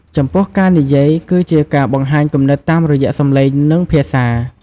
ចំពោះ ការនិយាយ គឺជាការបង្ហាញគំនិតតាមរយៈសំឡេង និងភាសា។